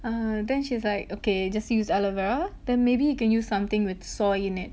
ah then she was like okay just use aloe vera then maybe you can use something with soy in it